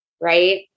right